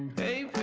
hey